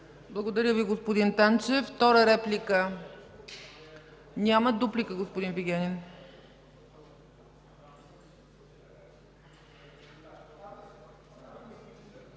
Благодаря Ви, господин Танчев. Втора реплика? Няма. Дуплика – господин Вигенин.